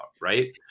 right